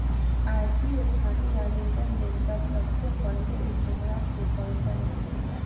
IPO खातिर आवेदन देबऽ त सबसे पहिले उ तोहरा से पइसा लेबेला